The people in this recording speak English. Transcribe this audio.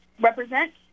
represent